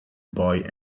boy